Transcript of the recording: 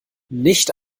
nicht